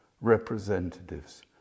representatives